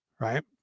Right